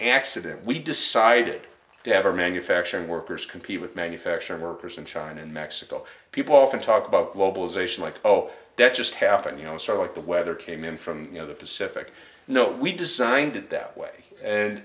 accident we decided to have our manufacturing workers compete with manufacturing workers in china and mexico people often talk about globalization like oh that just happened you know sort of like the weather came in from you know the pacific you know we designed it that way and